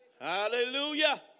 Hallelujah